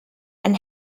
and